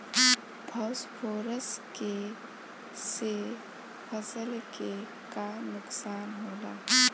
Phosphorus के से फसल के का नुकसान होला?